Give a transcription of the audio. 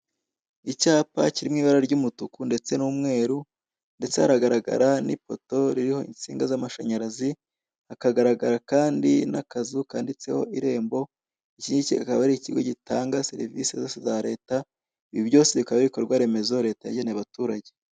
Icyapa kiri mwibara ry'umutuku ndetse n'umweru, ndetse haragaragara na ipoto ririho insingaa za amashanyarazi, hakagaragara kandi na akazu kanditseho irembo, ikingiki akaba ari ikigo gitanga serivisi za leta, ibi byose akaba ari ibikorwa remezo leta yageneye abaturage.